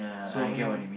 so you know